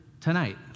tonight